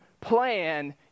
plan